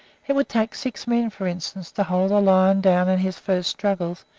it would take six men, for instance, to hold a lion down in his first struggles,